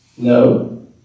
No